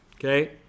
Okay